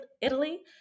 Italy